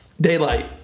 Daylight